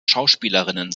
schauspielerinnen